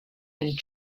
and